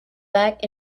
back